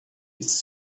his